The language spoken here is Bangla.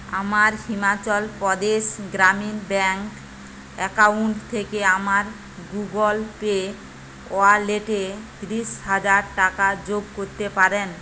আমার হিমাচল প্রদেশ গ্রামীণ ব্যাংক অ্যাকাউন্ট থেকে আমার গুগল পে ওয়ালেটে ত্রিশ হাজার টাকা যোগ করতে পারেন